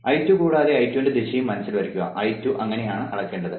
I2 കൂടാതെ I2 ന്റെ ദിശയും മനസ്സിൽ വയ്ക്കുക I2 അങ്ങനെയാണ് അളക്കേണ്ടത്